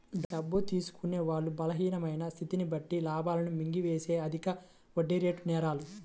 డబ్బు తీసుకునే వాళ్ళ బలహీనమైన స్థితిని బట్టి లాభాలను మింగేసేవే అధిక వడ్డీరేటు నేరాలు